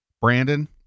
Brandon